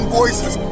voices